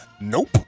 Nope